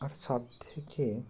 আর সব থেকে